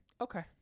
Okay